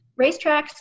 racetracks